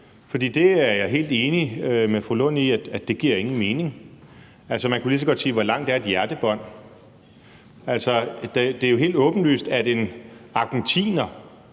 For det er jeg helt enig med fru Rosa Lund i ikke giver nogen mening. Altså, man kunne lige så godt sige: Hvor langt er et hjertebånd? Altså, det er jo helt åbenlyst, at en argentiner